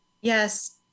Yes